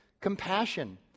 compassion